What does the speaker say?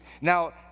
Now